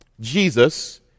Jesus